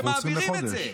אנחנו עוצרים לחודש.